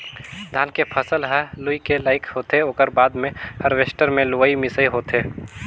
धान के फसल ह लूए के लइक होथे ओकर बाद मे हारवेस्टर मे लुवई मिंसई होथे